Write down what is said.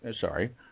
Sorry